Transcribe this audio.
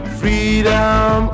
freedom